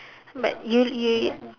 but you you